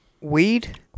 Weed